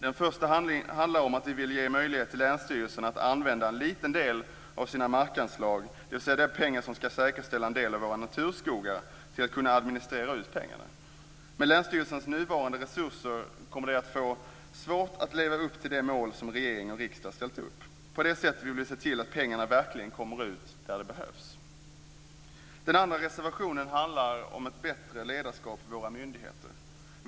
Den första handlar om att vi vill ge möjlighet till länsstyrelserna att använda en liten del av sina markanslag, dvs. de pengar som ska säkerställa en del av våra naturskogar, till att administrera ut pengarna. Med länsstyrelsernas nuvarande resurser kommer de att få svårt att leva upp till de mål som regering och riksdag ställt upp. På det sättet vill vi se till att pengarna verkligen kommer ut där de behövs. Den andra reservationen handlar om ett bättre ledarskap för våra myndigheter.